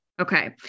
Okay